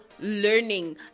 learning